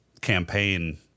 campaign